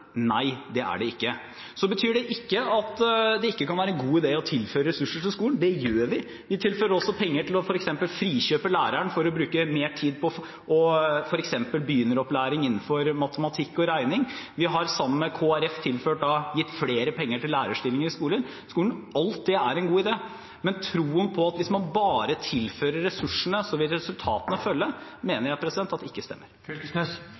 Nei, det er det ikke. Så betyr ikke det at det ikke kan være en god idé å tilføre ressurser til skolen. Det gjør vi. Vi tilfører også penger til f.eks. å frikjøpe læreren for å bruke mer tid på f.eks. begynneropplæring innenfor matematikk og regning. Vi har sammen med Kristelig Folkeparti tilført flere penger til lærerstillinger i skolen. Alt dette er en god idé, men troen på at hvis man bare tilfører ressursene, så vil resultatene følge – det stemmer ikke.